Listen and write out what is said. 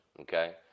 okay